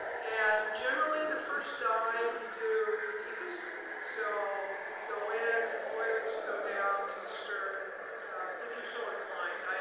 and generally, the first dive, you do the deepest. so we go in the boilers and go down to the stern if you're so inclined.